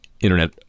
Internet